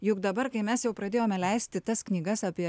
juk dabar kai mes jau pradėjome leisti tas knygas apie